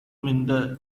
மிந்த